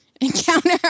encounter